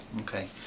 okay